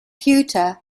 ceuta